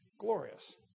glorious